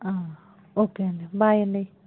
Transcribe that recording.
okay అండి bye అండి